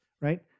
right